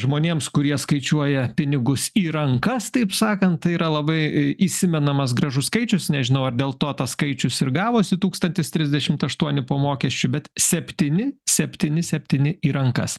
žmonėms kurie skaičiuoja pinigus į rankas taip sakant tai yra labai įsimenamas gražus skaičius nežinau ar dėl to tas skaičius ir gavosi tūkstantis trisdešimt aštuoni po mokesčių bet septyni septyni septyni į rankas